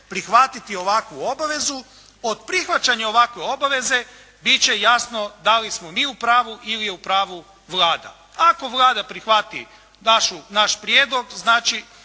prihvatiti ovakvu obavezu. Od prihvaćanja ovakve obaveze bit će jasno da li smo mi u pravu ili je u pravu Vlada. Ako Vlada prihvati naš prijedlog znači